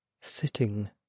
Sitting